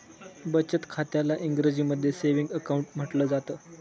बचत खात्याला इंग्रजीमध्ये सेविंग अकाउंट म्हटलं जातं